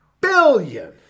billion